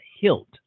hilt